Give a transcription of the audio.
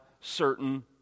certain